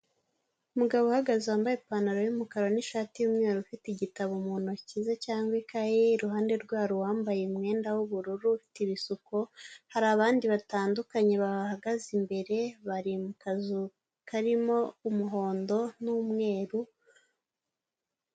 Umugabo uhagaze wambaye ipantaro y'umukara n'ishati y'umweru ufite igitabo mu ntoki ze cyangwa ikaye, iruhande rwe hari uwambaye umwenda w'ubururu ufite ibisuko hari abandi batandukanye bahagaze imbere bari mu kazu karimo umuhondo n'umweru.